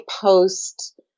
post